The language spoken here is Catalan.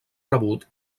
rebut